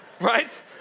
right